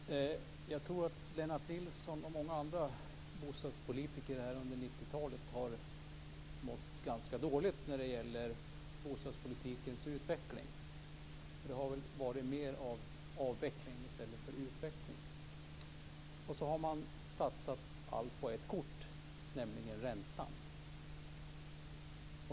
Fru talman! Jag tror att Lennart Nilsson och många andra bostadspolitiker under 90-talet har mått ganska dåligt med tanke på bostadspolitikens utveckling. Det har väl varit mer av avveckling än utveckling. Man har då satsat allt på ett kort, nämligen räntan.